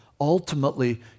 Ultimately